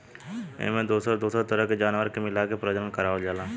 एमें दोसर दोसर तरह के जानवर के मिलाके प्रजनन करवावल जाला